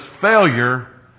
failure